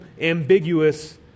ambiguous